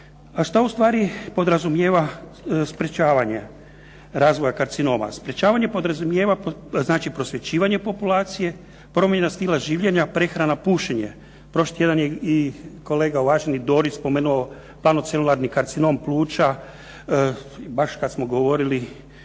što u stvari podrazumijeva sprečavanje razvoja karcinoma? Sprečavanje podrazumijeva prosvjećivanje populacije, promjena stila življenja, prehrana, pušenje. Prošli tjedan je i uvaženi kolega Dorić spomenuo .../Govornik se ne razumije./ ... karcinom pluća, baš kada smo govorili